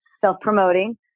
self-promoting